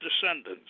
descendants